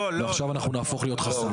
ועכשיו אנחנו נהפוך להיות חסר.